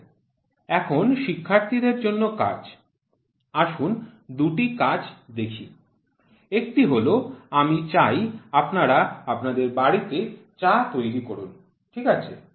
slide time পড়ুন ৩৩৪৬ এখন শিক্ষার্থীদের জন্য কাজ আসুন দুটি কাজ দেখি একটি হল আমি চাই আপনারা আপনাদের বাড়িতে চা তৈরি করুন ঠিক আছে